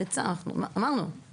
אבל אמרנו,